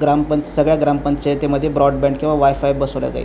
ग्रामपंच सगळ्या ग्रामपंचायतीमध्ये ब्रॉडबँड किंवा वायफाय बसवलं जाईल